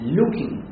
looking